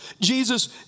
Jesus